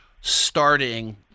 starting